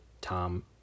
Tom